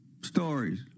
stories